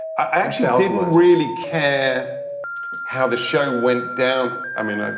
i actually didn't really care how the show went down, i mean, ah